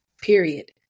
period